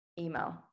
email